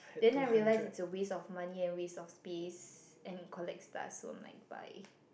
then I realised it's a waste of money and a waste of space and it collects dust so I'm like bye